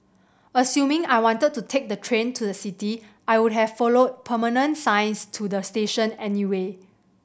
assuming I wanted to take the train to the city I would have followed permanent signs to the station anyway